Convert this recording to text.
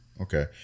Okay